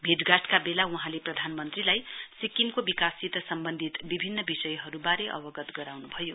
भेटघाटका बेला वहाँले प्रधानमन्त्रीलाई सिक्किमको विवाससित सम्बन्धित विभिन्न विषयहरूबारे अवगत गराउनुभयो